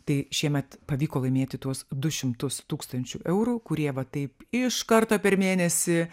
tai šiemet pavyko laimėti tuos du šimtus tūkstančių eurų kurie va taip iš karto per mėnesį